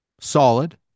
solid